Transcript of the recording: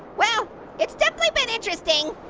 well it's definitely been interesting.